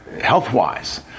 health-wise